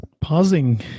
pausing